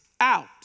out